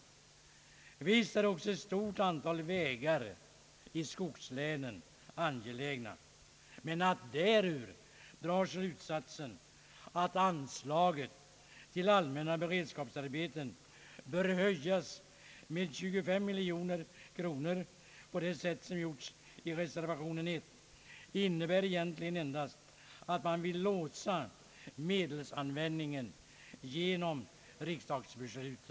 Visst är också ett stort antal vägar i skogslänen angelägna, men att därav dra slutsatsen att anslaget för allmänna beredskapsarbeten bör höjas med 25 miljoner kronor på det sätt som gjorts i reservation 1 innebär egentligen endast att man vill låsa medelsanvändningen genom riksdagsbeslut.